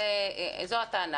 זו הטענה.